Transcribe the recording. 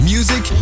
Music